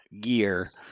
gear